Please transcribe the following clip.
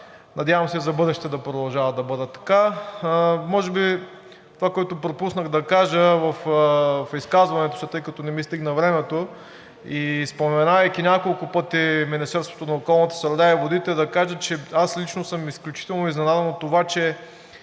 Надявам се и за в бъдеще да продължават да бъдат така. Може би това, което пропуснах да кажа в изказването си, тъй като не ми стигна времето, и споменавайки няколко пъти Министерството на околната среда и водите, да кажа, че аз лично съм изключително изненадан от това, че